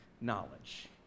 knowledge